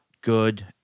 good